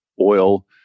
oil